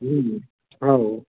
हूँ हूँ आओरो